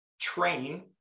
train